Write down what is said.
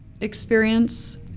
experience